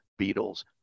Beatles